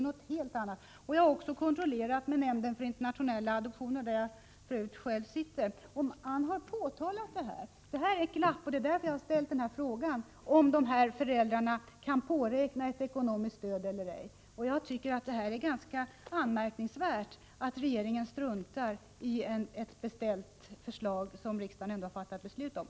Det är någonting helt annat. Nämnden för internationella adoptioner, där jag för övrigt själv sitter med, har påtalat detta — det har jag också kontrollerat. Här är ett glapp. Det är därför jag har ställt frågan om de här föräldrarna kan påräkna ett ekonomiskt stöd eller ej. Jag tycker att det är ganska anmärkningsvärt att regeringen struntar i ett förslag som riksdagen beställt och faktiskt fattat beslut om.